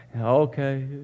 Okay